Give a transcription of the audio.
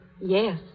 Yes